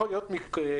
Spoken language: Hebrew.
יכול להיות מקרה,